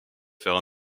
faire